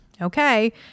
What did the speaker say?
Okay